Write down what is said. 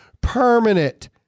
permanent